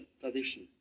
tradition